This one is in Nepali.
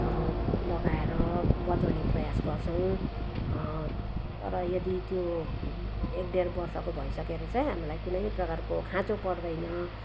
लगाएर बचाउने प्रयास गर्छौँ तर यदि त्यो एक डेढ वर्षको भइसकेर चाहिँ हामीलाई कुनै प्रकारको खाँचो पर्दैन